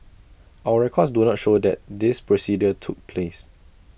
our records do not show that this procedure took place